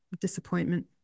disappointment